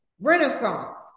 Renaissance